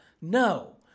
No